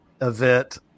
event